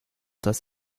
das